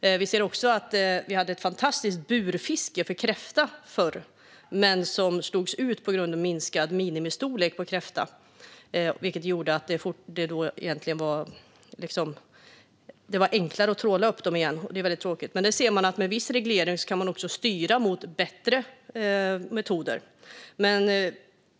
Vi hade ett fantastiskt burfiske av kräftor förr. Men det slogs ut på grund av minskad minimistorlek på kräftan. Det gjorde att det var enklare att tråla upp kräftorna igen, vilket är väldigt tråkigt. Men vi kan se att med viss reglering kan man styra mot bättre metoder.